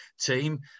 team